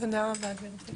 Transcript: תודה רבה, גברתי.